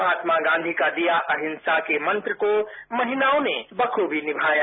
महात्मा गांधी का दिया अहिंसा के मंत्र को महिलाओं ने बखवी निमाया